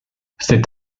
c’est